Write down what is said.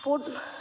पोट